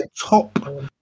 top